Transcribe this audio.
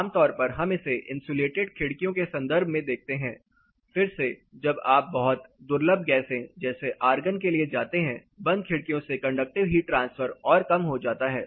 आमतौर पर हम इसे इंसुलेटेड खिड़कियों के संदर्भ में देखते हैं फिर से जब आप बहुत दुर्लभ गैसें जैसे आर्गन के लिए जाते हैं बंद खिड़कियों से कंडक्टिव हीट ट्रांसफर और कम हो जाता है